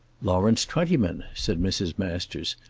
lawrence twentyman, said mrs. masters.